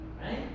Right